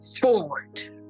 forward